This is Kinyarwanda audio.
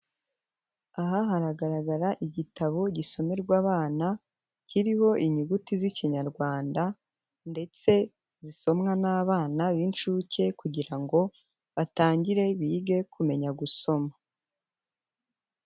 Aha hagaragara igitabo gisomerwa abana kiriho inyuguti z'ikinyarwanda, ndetse zisomwa n'abana b'inshuke kugira ngo batangire bige kumenya gusoma.